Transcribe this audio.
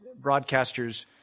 broadcasters